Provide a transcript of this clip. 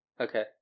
Okay